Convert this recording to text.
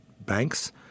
banks